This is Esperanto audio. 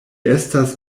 estas